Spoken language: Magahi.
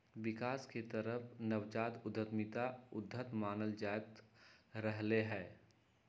विकास के तरफ नवजात उद्यमिता के उद्यत मानल जाईंत रहले है